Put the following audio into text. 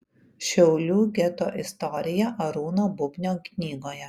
šiaulių geto istorija arūno bubnio knygoje